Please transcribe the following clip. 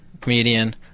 comedian